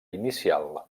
inicial